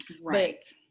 right